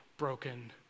broken